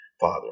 father